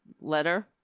letter